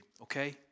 okay